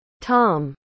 Tom